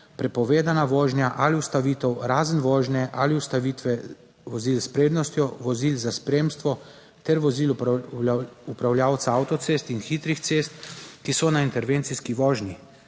prepovedana vožnja ali ustavitev razen vožnje ali ustavitve. Vozil s prednostjo, vozil za spremstvo ter vozil upravljavca avtocest in hitrih cest, ki so na intervencijski vožnji,